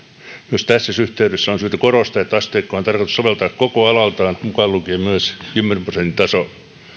myös tässä yhteydessä on syytä korostaa että asteikkoa on tarkoitus soveltaa koko alaltaan mukaan lukien myös kymmenen prosentin taso